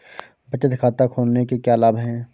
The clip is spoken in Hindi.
बचत खाता खोलने के क्या लाभ हैं?